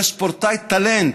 זה ספורטאי טאלנט,